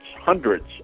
hundreds